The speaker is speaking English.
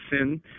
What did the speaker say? sin